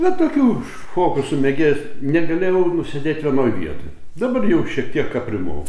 na tokių fokusų mėgėjas negalėjau nusėdėt vienoj vietoj dabar jau šiek tiek aprimau